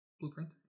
Blueprint